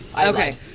Okay